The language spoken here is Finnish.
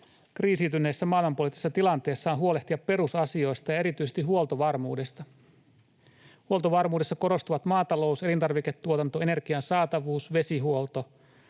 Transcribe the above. kriisiytyneessä maailmanpoliittisessa tilanteessa on huolehtia perusasioista ja erityisesti huoltovarmuudesta. Huoltovarmuudessa korostuvat maatalous, elintarviketuotanto, energian saatavuus, vesihuolto